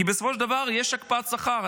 כי בסופו של דבר יש הקפאת שכר.